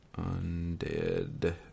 undead